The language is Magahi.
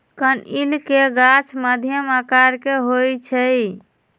कनइल के गाछ मध्यम आकर के होइ छइ